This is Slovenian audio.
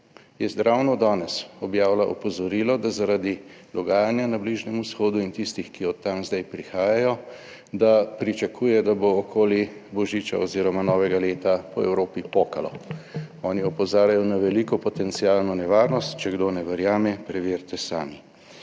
je ravno danes objavila opozorilo, da zaradi dogajanja na Bližnjem vzhodu in tistih, ki od tam zdaj prihajajo, da pričakuje, da bo okoli božiča oz. novega leta po Evropi pokalo, oni opozarjajo na veliko potencialno nevarnost. Če kdo ne verjame, preverite sami.